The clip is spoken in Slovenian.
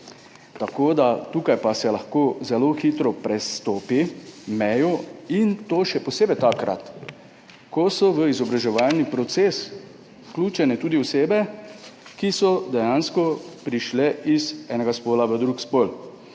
Tukaj pa se lahko zelo hitro prestopi mejo, in to še posebej takrat, ko so v izobraževalni proces vključene tudi osebe, ki so dejansko prišle iz enega spola v drugi spol